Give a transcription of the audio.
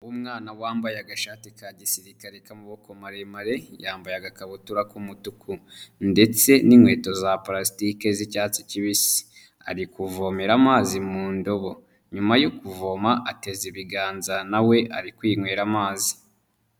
Umwana wambaye agashati ka gisirikare k'amaboko maremare, yambaye agakabutura k'umutuku ndetse n'inkweto za parasitike z'icyatsi kibisi. Ari kuvomera amazi mu ndobo. Nyuma yo kuvoma, ateze ibiganza na we ari kwinywera amazi.